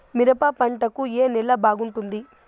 మిరప పంట కు ఏ నేల బాగుంటుంది?